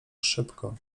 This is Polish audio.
szybko